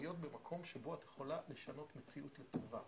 ולהיות במקום שבו את יכולה לשנות מציאות לטובה,